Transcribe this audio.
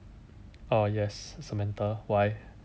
oh yes samantha why